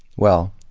well,